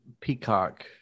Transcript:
Peacock